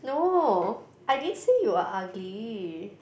no I didn't say you were ugly